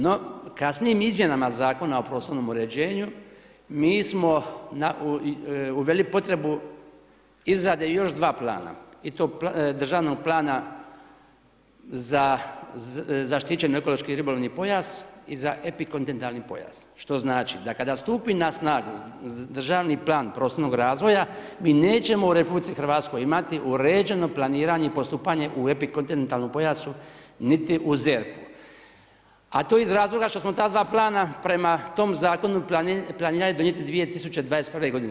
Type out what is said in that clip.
No, kasnijim izmjenama Zakona o prostornom uređenju mi smo uveli potrebu izrade još dva plana i to Državnog plana za zaštićeni ekološki ribolovni pojas i za epikontinentalni pojas što znači da kada stupi na snagu Državni plan prostornog razvoja mi nećemo u Republici Hrvatskoj imati uređeno planiranje i postupanje u epikontinentalnom pojasu niti u ZERP-u, a to iz razloga što smo ta dva plana prema tom zakonu planirali donijeti 2021. godine.